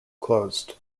closed